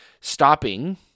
Stopping